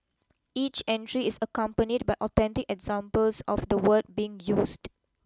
each entry is accompanied by authentic examples of the word being used